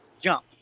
Jump